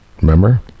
Remember